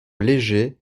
léger